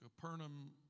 Capernaum